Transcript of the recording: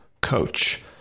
coach